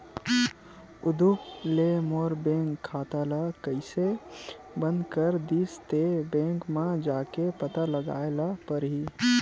उदुप ले मोर बैंक खाता ल कइसे बंद कर दिस ते, बैंक म जाके पता लगाए ल परही